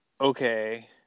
okay